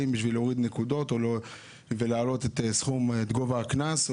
בשביל להוריד נקודות ולהוריד את גובה הקנס,